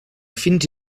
fins